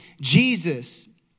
Jesus